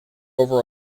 over